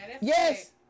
yes